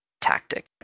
tactic